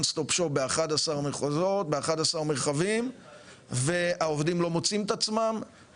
סטופ שופ ב-11 מרחבים והעובדים לא מוצאים את עצמם.